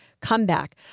comeback